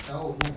jauhnya